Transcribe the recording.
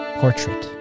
portrait